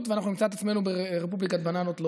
ואנחנו נמצא את עצמנו ברפובליקת בננות,